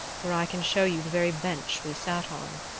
for i can show you the very bench we sat on.